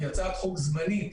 שהיא הצעת חוק זמנית,